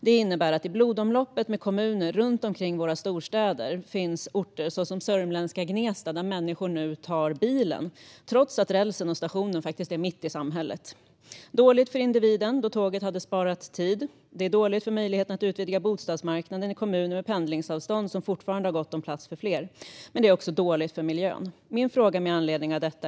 Det innebär att i blodomloppet med kommuner runt omkring våra storstäder finns orter, till exempel sörmländska Gnesta, där människor nu tar bilen trots att rälsen och stationen finns mitt i samhället. Det är dåligt för individen eftersom tåget hade sparat tid, det är dåligt för möjligheten att utvidga bostadsmarknaden i kommuner med pendlingsavstånd som fortfarande har gott om plats för fler och det är dåligt för miljön.